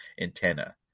antenna